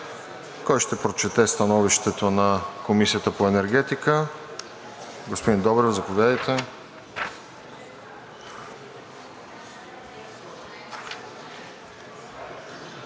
Кой ще прочете становището на Комисията по енергетика? Господин Добрев, заповядайте.